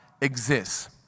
exists